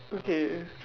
okay